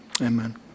amen